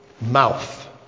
mouth